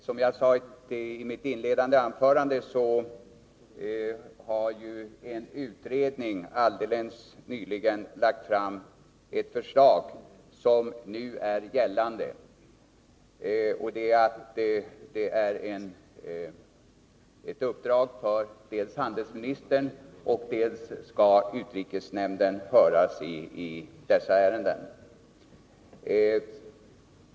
Som jag sade i mitt inledande anförande har en utredning nyligen lagt fram ett förslag, som innehåller ett uppdrag åt handelsministern. Dessutom skall utrikesnämnden höras i dessa ärenden.